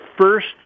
first